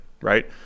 right